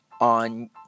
On